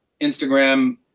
Instagram